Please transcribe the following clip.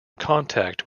contact